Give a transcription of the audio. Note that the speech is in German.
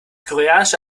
koreanische